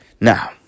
Now